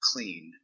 Clean